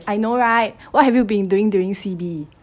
I know right what have you been doing during C_B